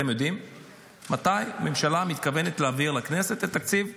אתם יודעים מתי הממשלה מתכוונת להעביר לכנסת את תקציב 2025?